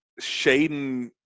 Shaden –